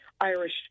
Irish